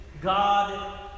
God